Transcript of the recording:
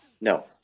No